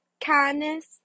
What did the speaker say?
kindness